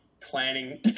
planning